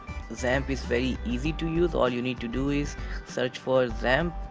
xampp is very easy to use all you need to do is search for xampp